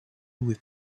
with